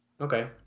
Okay